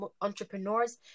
entrepreneurs